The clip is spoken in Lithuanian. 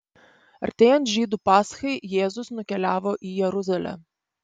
artėjant žydų paschai jėzus nukeliavo į jeruzalę